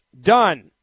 Done